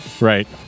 Right